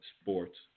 sports